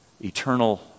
eternal